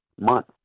month